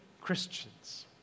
Christians